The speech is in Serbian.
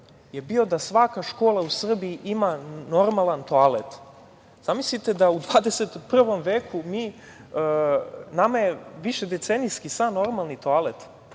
je bio da sva škola u Srbiji ima normalan toalet. Zamislite da u 21. veku nama je višedecenijski san normalni toalet